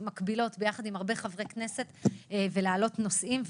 מקבילות ביחד עם חברי כנסת רבים ולהעלות נושאים,